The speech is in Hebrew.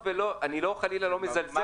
אני לא מזלזל חלילה --- לא,